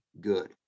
good